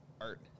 art